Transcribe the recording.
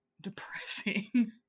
depressing